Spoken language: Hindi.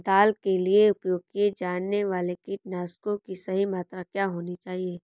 दाल के लिए उपयोग किए जाने वाले कीटनाशकों की सही मात्रा क्या होनी चाहिए?